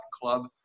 club